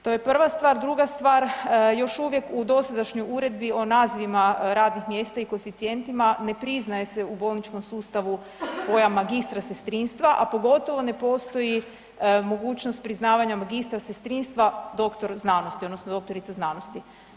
To je prva stvar, druga stvar, još uvijek u dosadašnjoj Uredbi o nazivima radnih mjesta i koeficijentima ne priznaje se u bolničkom sustavu pojam magistra sestrinstva, a pogotovo ne postoji mogućnost priznavanja magistra sestrinstva, doktor znanosti, odnosno doktorica znanosti.